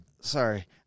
Sorry